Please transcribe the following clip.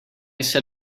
said